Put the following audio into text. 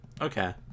Okay